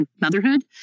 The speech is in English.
motherhood